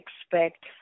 expect